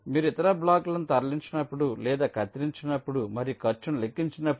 మీరు ఇతర బ్లాకులను తరలించినప్పుడు లేదా కత్తిరించినప్పుడు మరియు ఖర్చును లెక్కించినప్పుడు